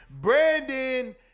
Brandon